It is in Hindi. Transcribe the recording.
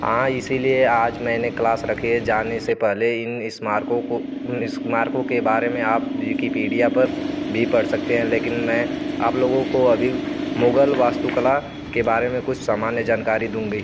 हाँ इसीलिए आज मैंने क्लास रखी है जाने से पहले इन इस्मारकों को इस्मारकों के बारे में आप विकिपीडिया पर भी पढ़ सकते हैं लेकिन मैं आप लोगों को अभी मुग़ल वास्तुकला के बारे में कुछ सामान्य जानकारी दूँगी